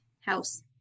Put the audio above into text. house